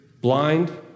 blind